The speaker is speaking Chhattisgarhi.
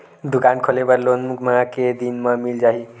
दुकान खोले बर लोन मा के दिन मा मिल जाही?